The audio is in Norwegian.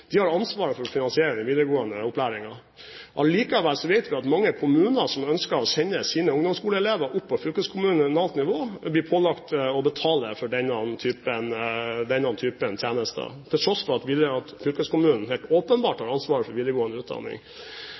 de har ansvaret for finansieringen av den videregående opplæringen. Allikevel vet vi at mange kommuner som ønsker å sende sine ungdomsskoleelever opp på fylkeskommunalt nivå, blir pålagt å betale for denne typen tjenester, til tross for at fylkeskommunen helt åpenbart har ansvaret for videregående utdanning.